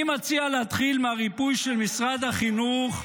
אני מציע להתחיל מהריפוי של משרד החינוך,